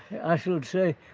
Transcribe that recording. i shall say,